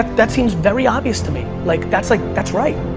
that seems very obvious to me. like that's like that's right.